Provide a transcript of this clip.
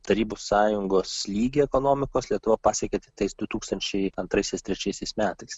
tarybų sąjungos lygį ekonomikos lietuva pasiekė tiktais du tūkstančiai antraisiais trečiaisiais metais